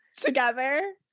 together